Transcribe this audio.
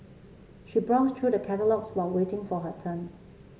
she browsed through the catalogues while waiting for her turn